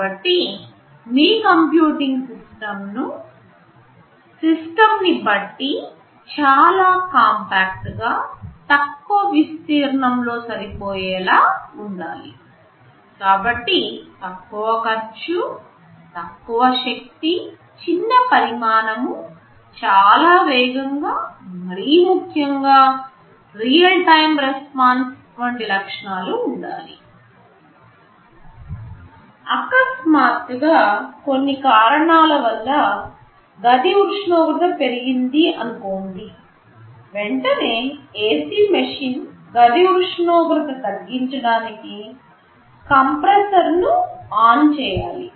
కాబట్టి మీ computing system system ని బట్టి చాలా కాంపాక్ట్ గా తక్కువ విస్తీర్ణంలో సరిపోయేలా ఉండాలి కాబట్టి తక్కువ ఖర్చు తక్కువ శక్తి చిన్న పరిమాణం చాలా వేగంగా మరీ ముఖ్యంగా రియల్ టైమ్ రెస్పాన్స్ వంటి లక్షణాలు ఉండాలి అకస్మాత్తుగా కొన్ని కారణాల వల్ల గది ఉష్ణోగ్రత పెరిగింది అనుకోండి వెంటనే ఏసీ మిషన్ గది ఉష్ణోగ్రత తగ్గించడానికి కంప్రెసర్ను ఆన్ చేయాలి